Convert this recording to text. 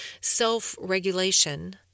Self-regulation